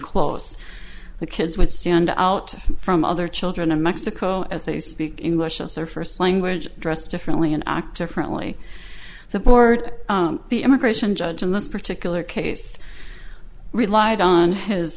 close the kids would stand out from other children in mexico as they speak english as their first language dress differently and act differently the board the immigration judge in this particular case relied on his